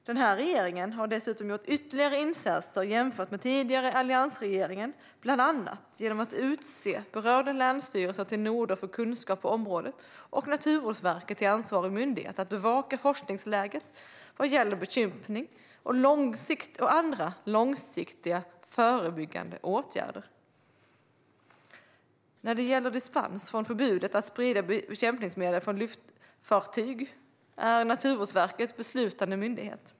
Den här regeringen har dessutom gjort ytterligare insatser jämfört med den tidigare alliansregeringen, bland annat genom att utse berörda länsstyrelser till noder för kunskap på området och Naturvårdsverket till ansvarig myndighet att bevaka forskningsläget vad gäller bekämpning och andra långsiktiga förebyggande åtgärder. När det gäller dispens från förbudet att sprida bekämpningsmedel från luftfartyg är Naturvårdsverket beslutande myndighet.